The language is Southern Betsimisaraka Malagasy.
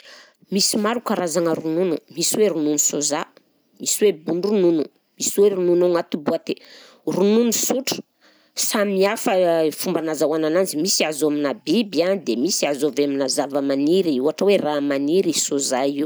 Misy maro karazagna ronono: misy hoe ronono soza, misy hoe bon-dronono, misy hoe ronono agnaty boaty, ronono sotra, samihafa a- fomba nahazahoana ananjy, misy azo amina biby an, dia misy azo avy amina zava-maniry ohatra hoe raha maniry soza io